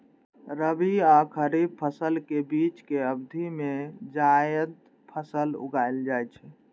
रबी आ खरीफ फसल के बीच के अवधि मे जायद फसल उगाएल जाइ छै